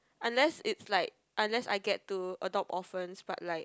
unless it's like unless I get to adopt orphans but like